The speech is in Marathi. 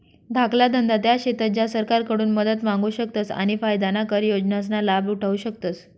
धाकला धंदा त्या शेतस ज्या सरकारकडून मदत मांगू शकतस आणि फायदाना कर योजनासना लाभ उठावु शकतस